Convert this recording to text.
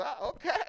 Okay